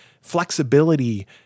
flexibility